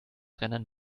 rendern